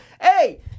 Hey